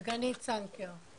דגנית סנקר.